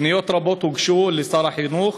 פניות רבות הוגשו לשר החינוך